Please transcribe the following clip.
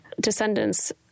descendants